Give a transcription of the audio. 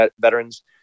veterans